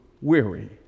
weary